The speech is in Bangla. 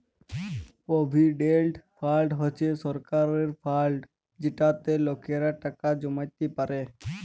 পভিডেল্ট ফাল্ড হছে সরকারের ফাল্ড যেটতে লকেরা টাকা জমাইতে পারে